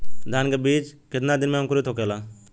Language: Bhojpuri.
धान के बिज कितना दिन में अंकुरित होखेला?